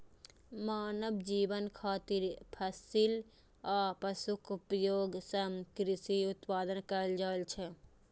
मानव जीवन खातिर फसिल आ पशुक उपयोग सं कृषि उत्पादन कैल जाइ छै